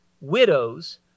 widows